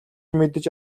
мэдэж